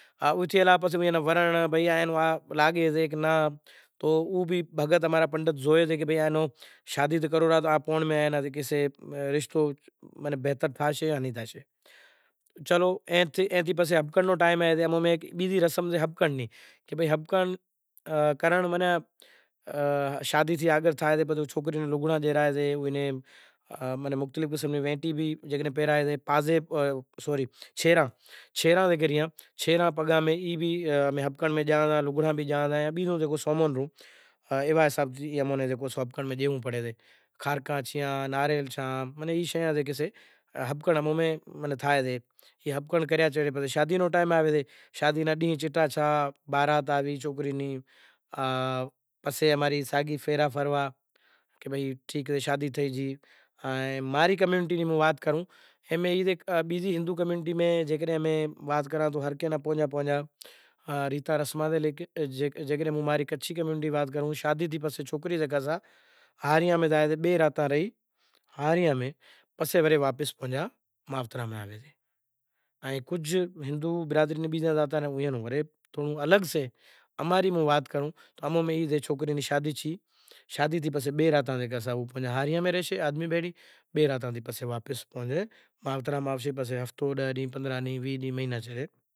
تو سپنے ماں جگاڑے اپسرایوں رمتیوں تھیوں تو پوہتا نیں خیال تھیو تیڑی زائے ان راجا ہریچند پوہتا کرسی متھے بیٹھا بیٹھا اپسرائیں ناچے ریوں زارے خوب ناچ گانو پورو تھیو تا رے راجا ہریچند نی کیدہو کہ جے مانگو تو ای ماں تماں نیں انعام ہالوں، تو وشوامنتر کیدہو کہ اماں نے تماری راجدھانی زوئے سے، تو راجا ہریچند نی کیدہو کہ راجدھانی تو اوس ہی تمیں آلے ناکھوں، پنڑ توں ناری سو زے ناری اینی راجدھانی نی حقدار نتھی، زے کدھے پرش ہوں تماں نیں اوس ئے آلے ناکھاں، تو ایتلاں میں وشوامنتر آلے آئے ٹھک تھیو کہے ای تو ناری سے پنڑ ہوں تو پرش سوں، تو راجا ہریچند نی کیدہو کہ گرودیو ای تماں نیں میں ڈان کریو تو پوہتے سپناں ماں تھی جاگرت تھیا پوہتاں نیں رانڑی ہتی تارا متی ای ناں زگاڑی، روہیداس پوہتاں نوں ڈیچرو ہتو ای ناں جاگرت کریو